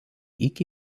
iki